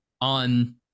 on